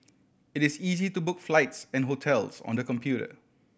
it is easy to book flights and hotels on the computer